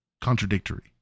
contradictory